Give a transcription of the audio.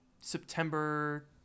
September